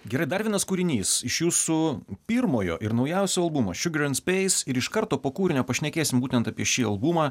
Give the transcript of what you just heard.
gerai dar vienas kūrinys iš jūsų pirmojo ir naujausio albumo šiugar end speis ir iš karto po kūrinio pašnekėsim būtent apie šį albumą